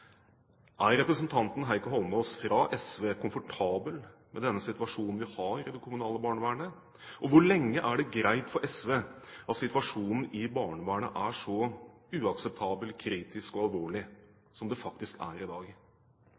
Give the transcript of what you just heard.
Er representanten Heikki Holmås fra SV komfortabel med den situasjonen vi har i det kommunale barnevernet, og hvor lenge er det greit for SV at situasjonen i barnevernet er så uakseptabel, kritisk og alvorlig som den faktisk er i dag?